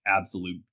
absolute